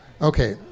Okay